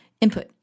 Input